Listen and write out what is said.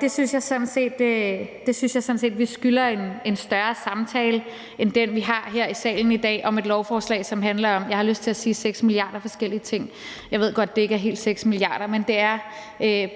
Det synes jeg sådan set vi skylder en større samtale end den, vi har her i salen i dag om et lovforslag, som handler om, jeg har lyst til at sige 6 milliarder forskellige ting, og jeg ved godt, at det ikke helt er 6 milliarder, men det er